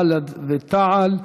בל"ד ותע"ל.